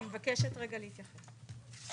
אני מבקשת רגע להתייחס.